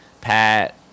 Pat